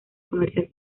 comercial